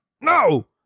no